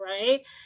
right